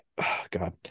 god